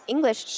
English